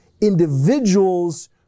individuals